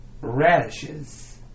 Radishes